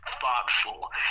thoughtful